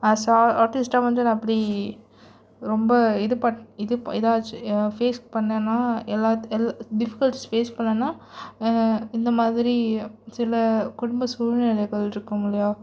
ஆஸ்ஸா ஆர்ட்டிஸ்ட்டாக வந்து நான் எப்படி ரொம்ப இது பண் இது பண் ஏதாச்சும் ஃபேஸ் பண்ணிணேன்னா எல்லா எல் டிஃபிக்கல்ஸ் ஃபேஸ் பண்ணிணேன்னா இந்தமாதிரி சில குடும்ப சூழ்நிலைகள் இருக்கும் இல்லையா